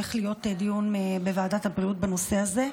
והולך להיות דיון בוועדת הבריאות בנושא הזה,